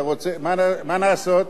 מה לעשות?